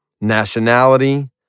nationality